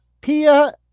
Pia